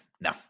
no